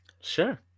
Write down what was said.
Sure